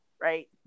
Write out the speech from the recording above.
right